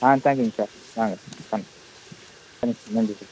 ஆ தேங்க்யூங்க சார் வாங்க ஆ ஆ நன்றி சார்